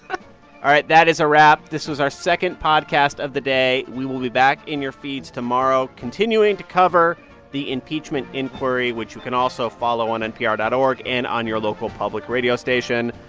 all right. that is a wrap. this was our second podcast of the day. we will be back in your feeds tomorrow, continuing to cover the impeachment inquiry, which you can also follow on npr dot org and on your local public radio station.